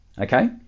Okay